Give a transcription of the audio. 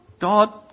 God